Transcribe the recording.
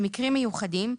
במקרים מיוחדים,